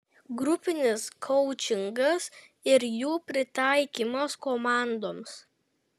grupinis koučingas ir jų pritaikymas komandoms